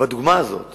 בדוגמה הזאת